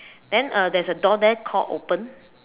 then uh there's a door there called open